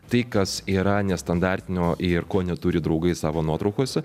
tai kas yra nestandartinio ir ko neturi draugai savo nuotraukose